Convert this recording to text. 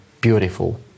beautiful